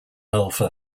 alpha